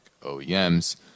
OEMs